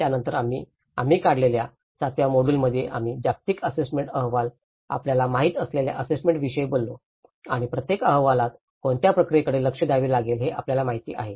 त्यानंतर आम्ही आम्ही काढलेल्या सातव्या मॉड्यूलमध्ये आम्ही जागतिक आस्सेसमेंट अहवाल आपल्याला माहित असलेल्या आस्सेसमेंट विषयी बोललो आणि प्रत्येक अहवालात कोणत्या प्रक्रियेकडे लक्ष द्यावे लागेल हे आपल्याला माहिती आहे